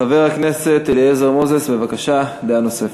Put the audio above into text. חבר הכנסת אליעזר מוזס, בבקשה, דעה נוספת.